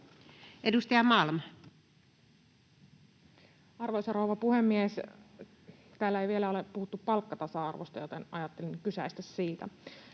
12:30 Content: Arvoisa rouva puhemies! Täällä ei vielä ole puhuttu palkkatasa-arvosta, joten ajattelin kysäistä siitä.